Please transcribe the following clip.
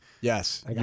Yes